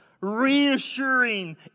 reassuring